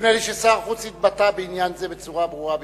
נדמה לי ששר החוץ התבטא בעניין זה בצורה הברורה ביותר.